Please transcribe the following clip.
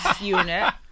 unit